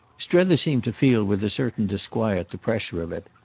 strether seemed to feel with a certain disquiet the pressure of it.